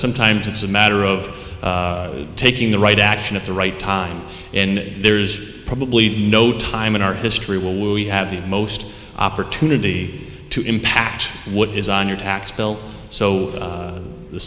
sometimes it's a matter of taking the right action at the right time and there's probably no time in our history will we have the most opportunity to impact what is on your tax bill so